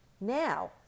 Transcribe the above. now